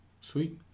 Sweet